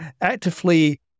actively